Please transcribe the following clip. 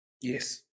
Yes